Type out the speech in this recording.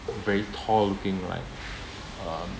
very tall looking like uh